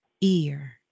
ear